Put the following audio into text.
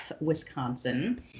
Wisconsin